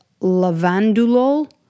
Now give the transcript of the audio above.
lavandulol